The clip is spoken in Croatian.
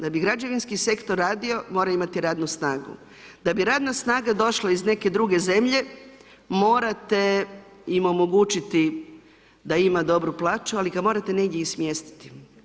Da bi građevinski sektor radio mora imati radnu snagu, da bi radna snaga došla iz neke druge zemlje, morate im omogućiti da ima dobru plaću ali ga morate negdje i smjestiti.